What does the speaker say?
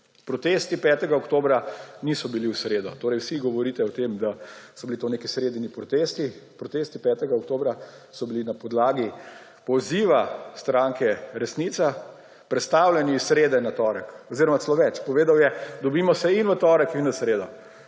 Protesti 5. oktobra niso bili v sredo, torej vsi govorite o tem, da so bili to neki sredini protesti. Protesti 5. oktobra so bili na podlagi poziva stranke Resni.ca prestavljeni iz srede na torek oziroma celo več, povedal je, dobimo se in v torek in v sredo.